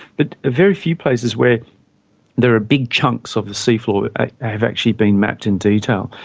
but very few places where there are big chunks of the seafloor have actually been mapped in detail.